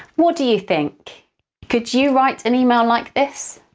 what do you think could you write an email like this?